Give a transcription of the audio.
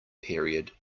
period